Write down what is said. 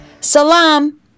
Salam